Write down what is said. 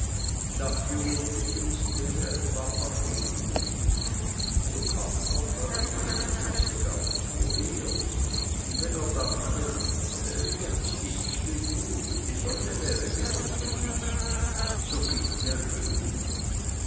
dachte uli jetzt wäre ein warmer regen gut so kam ein warmer regen man wußte gar nicht woher und wenn er dachte jetzt ists genug die sonne wäre wieder gut so ging der regen